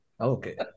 Okay